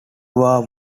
war